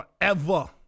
Forever